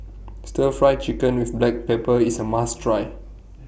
Stir Fry Chicken with Black Pepper IS A must Try